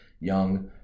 young